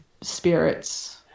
spirits